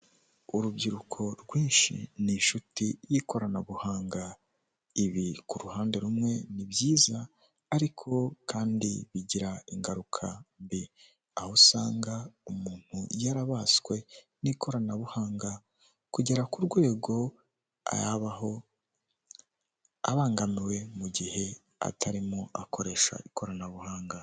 Icyapa kinini cyane kigaragaza ubwiza bwa Legasi hoteli kirangira abifuza serivisi zayo, imbere yacyo hari imikindo itatu umwe ukaba usa naho wihishe hagaragara amababi yawo, indi ibiri umwe urakuze undi uracyari muto.